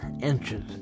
inches